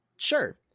Sure